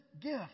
gift